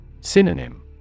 Synonym